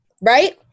Right